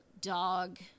dog